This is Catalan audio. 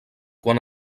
quan